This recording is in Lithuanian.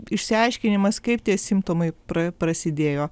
išsiaiškinimas kaip tie simptomai pra prasidėjo